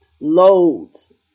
Loads